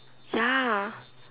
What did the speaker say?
ya